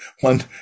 One